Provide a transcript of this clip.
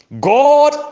God